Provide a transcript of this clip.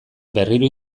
berriro